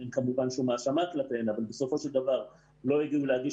כמובן אין האשמה כלפיהן שלא יודעות להגיש